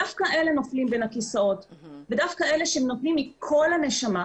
דווקא אלה נופלים בין הכיסאות ודווקא אלה שנותנים מכל הנשמה,